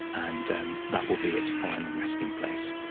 and that will be its final resting place.